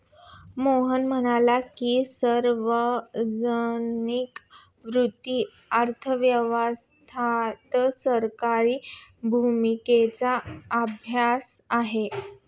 मोहन म्हणाले की, सार्वजनिक वित्त अर्थव्यवस्थेत सरकारी भूमिकेचा अभ्यास आहे